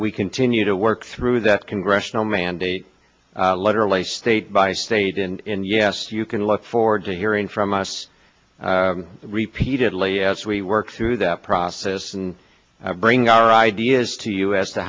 we continue to work through that congressional mandate literally state by state in yes you can look forward to hearing from us repeatedly as we work through that process and bring our ideas to us to